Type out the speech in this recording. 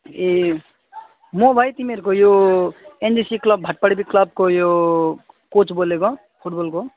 ए म भाइ तिमीहरूको यो एनएसजी क्लब भातपाडा बी क्लबको यो कोच बोलेको फुटबलको